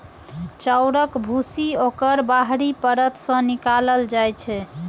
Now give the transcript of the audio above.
चाउरक भूसी ओकर बाहरी परत सं निकालल जाइ छै